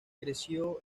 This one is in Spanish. creció